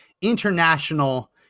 international